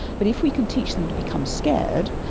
but if we can teach them to become scared,